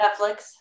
Netflix